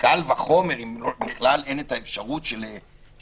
קל וחומר, אם בכלל אין האפשרות של ראייה,